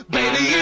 Baby